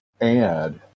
add